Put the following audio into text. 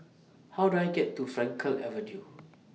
How Do I get to Frankel Avenue